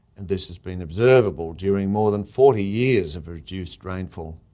and this has been observable during more than forty years of reduced rainfall.